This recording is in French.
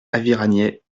aviragnet